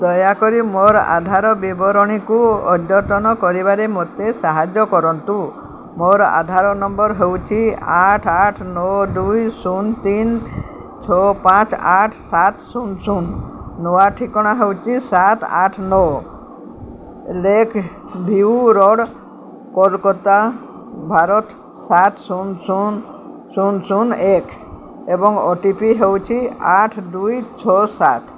ଦୟାକରି ମୋର ଆଧାର ବିବରଣୀକୁ ଅଦ୍ୟତନ କରିବାରେ ମୋତେ ସାହାଯ୍ୟ କରନ୍ତୁ ମୋର ଆଧାର ନମ୍ବର ହେଉଛି ଆଠ ଆଠ ନଅ ଦୁଇ ଶୂନ ତିନି ଛଅ ପାଞ୍ଚ ଆଠ ସାତ ଶୂନ ଶୂନ ନୂଆ ଠିକଣା ହେଉଛି ସାତ ଆଠ ନଅ lake view road Kolkata Bharat ସାତ ଶୂନ ଶୂନ ଶୂନ ଶୂନ ଏକ ଏବଂ ଓ ଟି ପି ହେଉଛି ଆଠ ଦୁଇ ଛଅ ସାତ